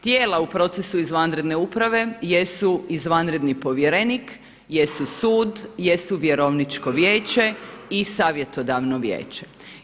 Tijela u procesu izvanredne uprave jesu izvanredni povjerenik, jesu sud, jesu Vjerovničko vijeće i Savjetodavno vijeće.